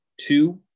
two